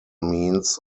means